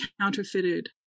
counterfeited